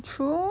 true